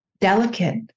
delicate